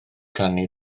canu